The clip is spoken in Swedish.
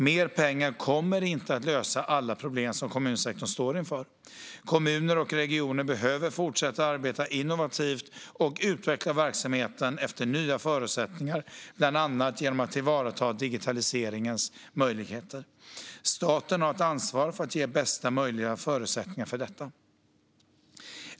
Mer pengar kommer inte att lösa alla problem som kommunsektorn står inför. Kommuner och regioner behöver fortsätta att arbeta innovativt och utveckla verksamheten efter nya förutsättningar bland annat genom att ta till vara digitaliseringens möjligheter. Staten har ett ansvar för att ge bästa möjliga förutsättningar för detta.